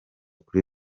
kuri